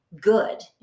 good